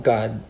God